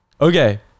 Okay